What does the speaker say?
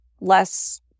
less